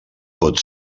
pot